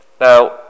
Now